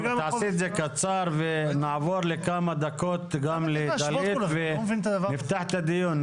תעשי את זה קצר ונעבור לכמה דקות גם לדלית ונפתח את הדיון.